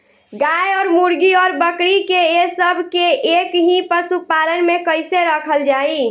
गाय और मुर्गी और बकरी ये सब के एक ही पशुपालन में कइसे रखल जाई?